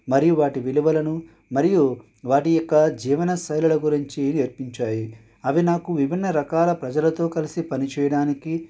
మరియు వాటి విలువలను మరియు వాటి యొక్క జీవన శైలిల గురించి నేర్పించాయి అవి నాకు విభిన్న రకాల ప్రజలతో కలిసి పనిచేయడానికి